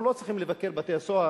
אנחנו לא צריכים לבקר בבתי-הסוהר,